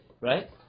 right